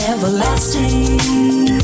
Everlasting